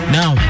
Now